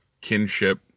kinship